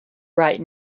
right